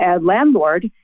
landlord